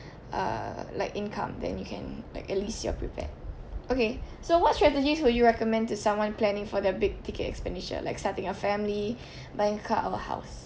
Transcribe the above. uh like income then you can like at least you're prepared okay so what strategies will you recommend to someone planning for their big ticket expenditure like starting a family buy a car or how